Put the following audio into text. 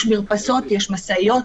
יש מרפסות, יש משאיות.